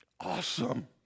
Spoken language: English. awesome